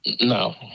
No